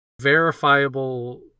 verifiable